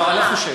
לא, אני לא חושב.